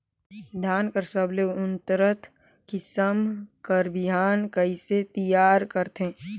धान कर सबले उन्नत किसम कर बिहान कइसे तियार करथे?